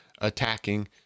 attacking